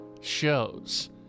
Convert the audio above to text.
shows